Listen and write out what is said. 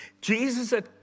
Jesus